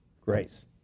grace